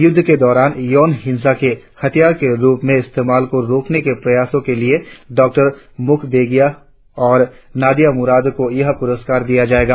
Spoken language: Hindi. युद्ध के दौरान यौन हिंसा के हथियार के रुप में इस्तेमाल को रोकने के प्रयासो के लिए डॉ मुखवेगिया और नादिया मुराद को यह पुरस्कार दिया जाएगा